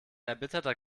erbitterter